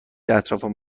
اطرافمو